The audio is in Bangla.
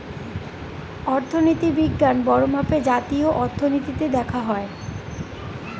অর্থনীতি বিজ্ঞান বড়ো মাপে জাতীয় অর্থনীতিতে দেখা হয়